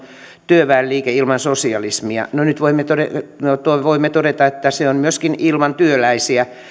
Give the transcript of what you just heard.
työväenliike ilman sosialismia no nyt voimme todeta että se on myöskin ilman työläisiä